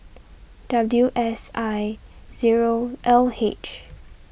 W S I zero L H